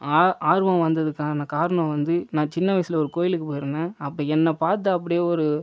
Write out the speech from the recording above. ஆர்வம் வந்ததுக்கான காரணம் வந்து நான் சின்ன வயசில் ஒரு கோயிலுக்குப் போயிருந்தேன் அப்போ என்னை பார்த்து அப்படியே ஒரு